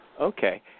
Okay